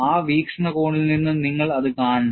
ആ വീക്ഷണകോണിൽ നിന്ന് നിങ്ങൾ അത് കാണണം